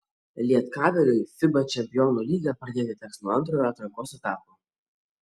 lietkabeliui fiba čempionų lygą pradėti teks nuo antrojo atrankos etapo